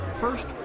First